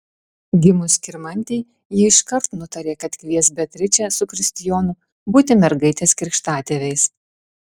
gimus skirmantei ji iškart nutarė kad kvies beatričę su kristijonu būti mergaitės krikštatėviais